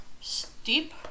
Steep